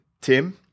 Tim